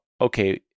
okay